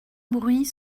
bruit